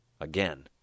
Again